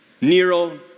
Nero